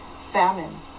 famine